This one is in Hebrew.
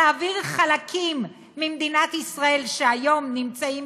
להעביר חלקים ממדינת ישראל שהיום נמצאים